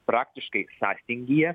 praktiškai sąstingyje